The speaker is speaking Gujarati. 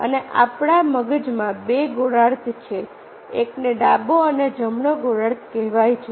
અને આપણા મગજમાં 2 ગોળાર્ધ છે એકને ડાબો અને જમણો ગોળાર્ધ કહેવાય છે